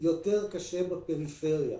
יותר קשה בפריפריה.